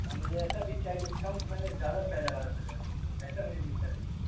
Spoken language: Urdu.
ہاں مجھے ایسا بیج چاہیے کم سمے میں زیادہ پیداوار ہو جائے ایسا مجھے بیج چاہیے